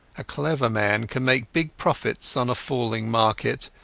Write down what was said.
a clever man can make big profits on a falling market,